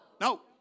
No